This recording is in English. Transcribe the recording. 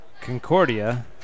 Concordia